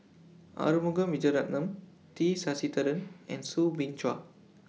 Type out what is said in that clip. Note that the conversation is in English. Arumugam Vijiaratnam T Sasitharan and Soo Bin Chua